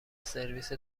سرویس